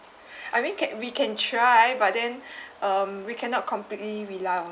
I mean can we can try but then um we cannot completely rely on